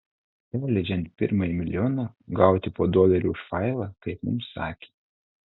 perleidžiant pirmąjį milijoną gauti po dolerį už failą kaip mums sakė